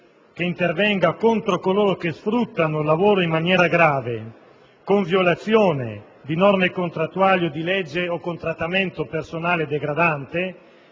che interviene contro coloro che sfruttano il lavoro in maniera grave, con violazione di norme contrattuali o di legge o con trattamento personale degradante